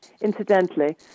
Incidentally